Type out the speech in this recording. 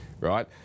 right